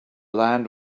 land